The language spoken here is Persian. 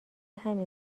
همین